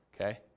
okay